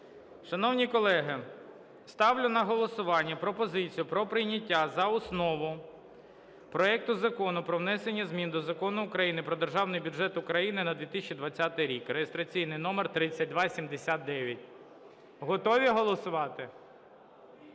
Шановні колеги, ставлю на голосування пропозицію про прийняття за основу проекту Закону про внесення змін до Закону України "Про Державний бюджет України на 2020 рік" (реєстраційний номер 3279). Готові голосувати?